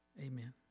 Amen